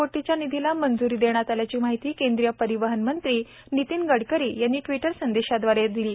कोटीच्या निधीला मंजूरी देण्यात आल्याची माहिती केंद्रीय परिवहन मंत्री नितीन गडकरी यांनी ट्विट संदेशदवारे दिली आहे